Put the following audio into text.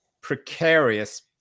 precarious